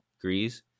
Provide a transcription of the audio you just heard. Grease